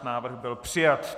Návrh byl přijat.